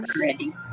ready